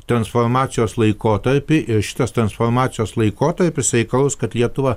transformacijos laikotarpį ir šitas transformacijos laikotarpis reikalaus kad lietuva